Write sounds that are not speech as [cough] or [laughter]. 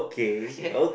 [breath] okay